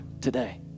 today